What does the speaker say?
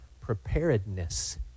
preparedness